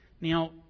Now